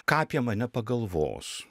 ką apie mane pagalvos